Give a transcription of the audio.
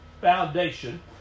foundation